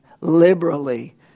liberally